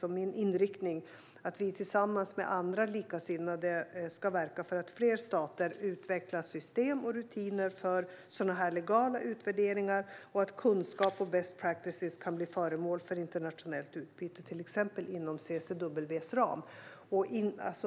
Min inriktning är att vi tillsammans med andra likasinnade ska verka för att fler stater utvecklar system och rutiner för legala utvärderingar och att kunskap och best practices kan bli föremål för internationellt utbyte, till exempel inom CCW:s ram.